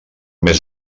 més